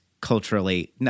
culturally